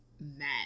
mad